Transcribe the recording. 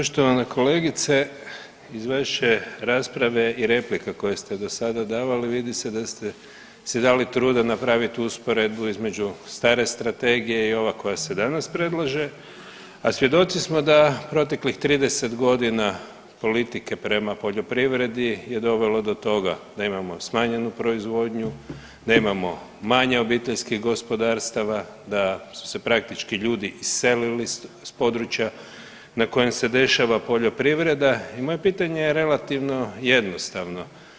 Poštovana kolegice iz vaše rasprave i replika koje ste do sada davali vidi se da ste si dali truda napraviti usporedbu između stare strategije i ova koja se danas predlaže, a svjedoci smo da proteklih 30 godina politike prema poljoprivredi je dovelo do toga da imamo smanjenju proizvodnju, da imamo manje obiteljskih gospodarstava, da su se praktički ljudi iselili s područja na kojem se dešava poljoprivreda i moje pitanje je relativno jednostavno.